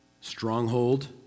stronghold